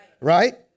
Right